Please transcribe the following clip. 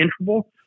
interval